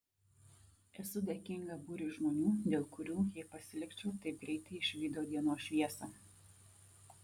esu dėkinga būriui žmonių dėl kurių jei pasilikčiau taip greitai išvydo dienos šviesą